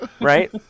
Right